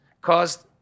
caused